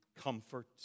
comfort